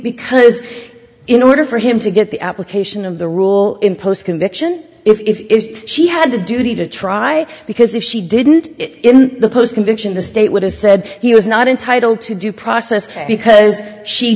because in order for him to get the application of the rule in post conviction if she had the duty to try because if she didn't in the post convention the state would have said he was not entitled to due process because she